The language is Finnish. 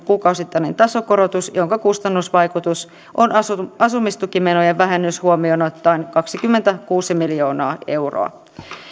kuukausittainen tasokorotus jonka kustannusvaikutus on asumistukimenojen vähennys huomioon ottaen kaksikymmentäkuusi miljoonaa euroa